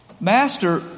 Master